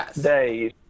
days